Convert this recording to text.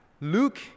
Luke